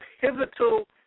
pivotal